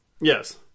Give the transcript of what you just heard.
Yes